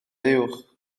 uwch